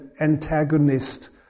antagonist